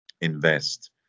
invest